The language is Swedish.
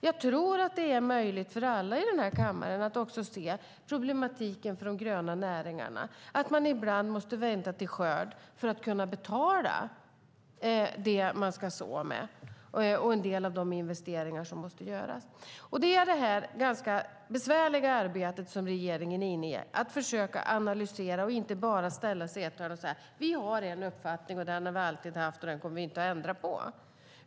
Jag tror att det är möjligt för alla i den här kammaren att se problematiken för de gröna näringarna, att man ibland måste vänta till skörd för att kunna betala det man ska så med och en del av de investeringar som måste göras. Det är detta ganska besvärliga arbete som regeringen är inne i, att försöka analysera och inte bara ställa sig i ett hörn och säga: Vi har en uppfattning, den har vi alltid haft, och den kommer vi inte att ändra på.